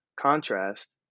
contrast